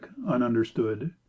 ununderstood